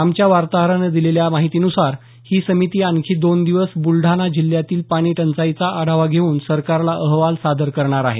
आमच्या वार्ताहरानं दिलेल्या माहितीन्सार ही समिती आणखी दोन दिवस या ब्लढाणा जिल्ह्यातील पाणी टंचाईचा आढावा घेऊन सरकारला अहवाल सादर करणार आहे